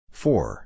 four